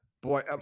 boy